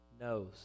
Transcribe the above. knows